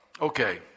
Okay